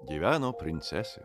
gyveno princesė